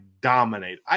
dominate